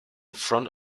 front